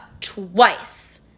twice